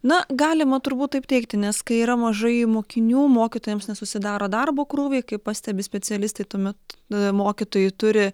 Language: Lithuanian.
na galima turbūt taip teigti nes kai yra mažai mokinių mokytojams nesusidaro darbo krūviai kaip pastebi specialistai tuomet mokytojai turi